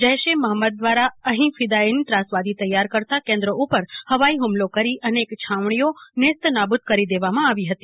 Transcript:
જૈશ એ મહમ્મદ દ્વારા અહી ફિદાયીન ત્રાસવાદી તેયાર કરતાં કેન્દ્રો ઉપર હવાઈ હુમલો કરી અનેક છાવણીઓ નેસ્તનાબુદ કરી દેવામાં આવી હતી